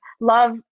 love